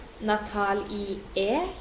natalie